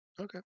okay